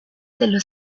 dello